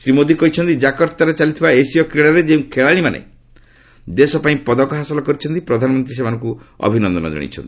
ପ୍ରଧାନମନ୍ତ୍ରୀ କହିଛନ୍ତି ଜାକର୍ଭାଠାରେ ଚାଲିଥିବା ଏସୀୟ କ୍ରୀଡ଼ାରେ ଯେଉଁ ଖେଳାଳିମାନେ ଦେଶ ପାଇଁ ପଦକ ହାସଲ କରିଛନ୍ତି ପ୍ରଧାନମନ୍ତ୍ରୀ ସେମାନଙ୍କୁ ଅଭିନନ୍ଦନ ଜଣାଇଛନ୍ତି